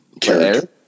character